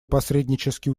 посреднические